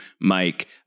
Mike